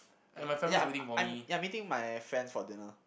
yeah yeah I'm I'm ya I'm meeting my friends for dinner